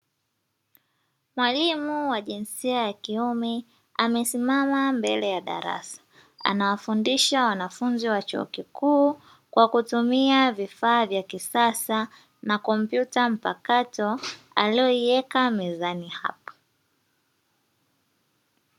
Mwalimu wa jinsia ya kiume amesimama mbele ya darasa, anawafundisha wanafunzi wa chuo kikuu kwa kutumia vifaa vya kisasa na kompyuta mpakato aliyoiweka mezani hapo.